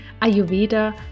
Ayurveda